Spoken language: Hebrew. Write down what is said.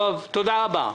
תודה רבה.